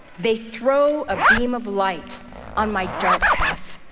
they throw a beam of light on my dark path.